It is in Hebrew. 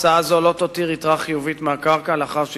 הצעה זו לא תותיר יתרה חיובית מהקרקע לאחר שיווקה,